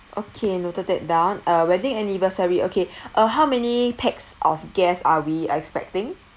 okay noted that down uh wedding anniversary okay uh how many pax of guests are we expecting